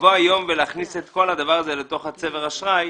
לבוא היום ולהכניס את כל הדבר הזה לתוך צבר אשראי,